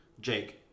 Jake